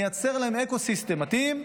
נייצר להם אקו-סיסטם מתאים,